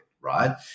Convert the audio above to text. right